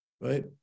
right